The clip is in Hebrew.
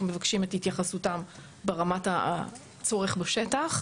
מבקשים את התייחסותם ברמת הצורך בשטח,